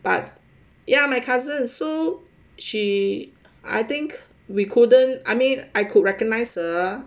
but ya my cousin so she I think we couldn't I mean I could recognise her